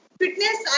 fitness